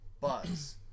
Buzz